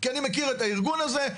כי אני מכיר את הארגון הזה,